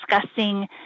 discussing